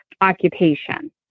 occupation